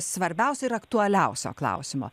svarbiausio ir aktualiausio klausimo